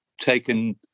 taken